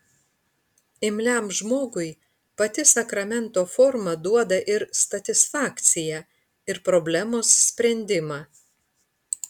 imliam žmogui pati sakramento forma duoda ir satisfakciją ir problemos sprendimą